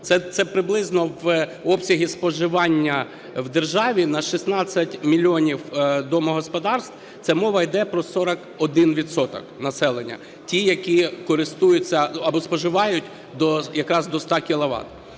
Це приблизно обсяги споживання в державі на 16 мільйонів домогосподарств. Це мова йде про 41 відсоток населення, ті, які користуються або споживають якраз до 100 кіловат.